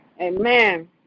Amen